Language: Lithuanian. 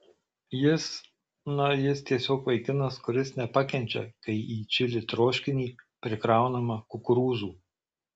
jis na jis tiesiog vaikinas kuris nepakenčia kai į čili troškinį prikraunama kukurūzų